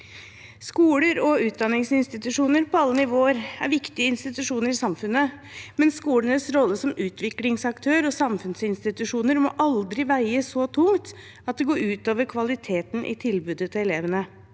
Skoler og utdanningsinstitusjoner på alle nivåer er viktige institusjoner i samfunnet, men skolenes rolle som utviklingsaktører og samfunnsinstitusjoner må aldri veie så tungt at det går ut over kvaliteten i tilbudet til elevene.